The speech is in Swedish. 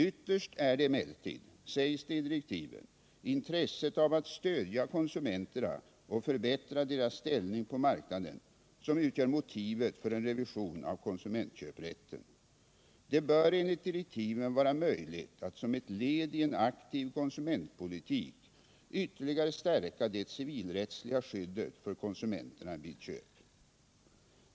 Ytterst är det emellertid, sägs det i direktiven, intresset av att stödja konsumenterna och förbättra deras ställning på marknaden som utgör motivet för en revision av konsumentköprätten. Det bör enligt direktiven vara möjligt att som ett led i en aktiv konsumentpolitik ytterligare stärka det civilrättsliga skyddet för konsumenterna vid köp.